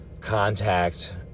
contact